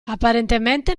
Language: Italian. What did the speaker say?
apparentemente